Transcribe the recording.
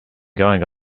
going